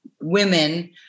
women